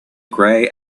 grey